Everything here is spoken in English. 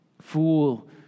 Fool